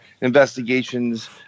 Investigations